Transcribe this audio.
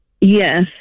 yes